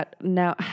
now